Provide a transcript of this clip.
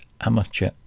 Amateur